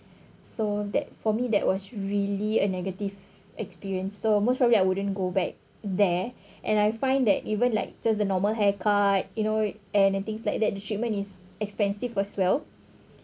so that for me that was really a negative experience so most probably I wouldn't go back there and I find that even like just the normal hair cut you know and and things like that the treatment is expensive as well